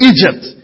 Egypt